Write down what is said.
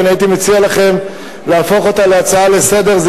ואני הייתי מציע לכם להפוך אותה להצעה לסדר-היום.